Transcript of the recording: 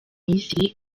misiri